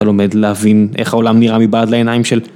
אתה לומד להבין איך העולם נראה מבעד לעיניים של...